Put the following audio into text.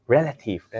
Relative